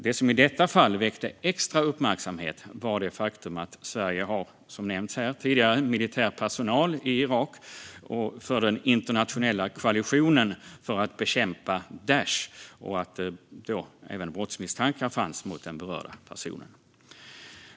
Det som i detta fall väckte extra uppmärksamhet var det faktum att Sverige har, som nämnts tidigare, militär personal i Irak för den internationella koalitionen för att bekämpa Daish och att även brottsmisstankar fanns mot den berörda personen.